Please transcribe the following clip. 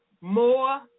More